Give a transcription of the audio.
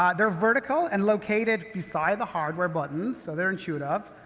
ah they're vertical, and located beside the hardware buttons so they're intuitive.